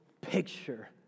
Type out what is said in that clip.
picture